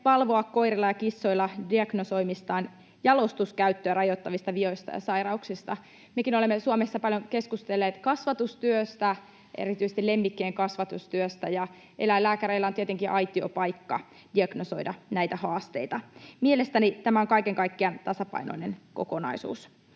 ilmoittaa koirilla ja kissoilla diagnosoimistaan jalostuskäyttöä rajoittavista vioista ja sairauksista. Mekin olemme Suomessa paljon keskustelleet kasvatustyöstä, erityisesti lemmikkien kasvatustyöstä, ja eläinlääkäreillä on tietenkin aitiopaikka diagnosoida näitä haasteita. Mielestäni tämä on kaiken kaikkiaan tasapainoinen kokonaisuus.